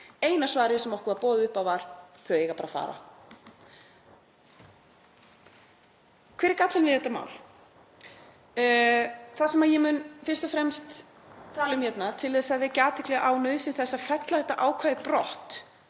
Eina svarið sem okkur var boðið upp á var: Þau eiga bara að fara. Hver er gallinn við þetta mál? Það sem ég mun fyrst og fremst tala um hérna til að vekja athygli á nauðsyn þess að fella þetta ákvæði brott,